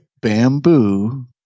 bamboo